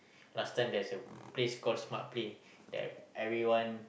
last time there's a place called Smart Play that everyone